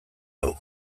hau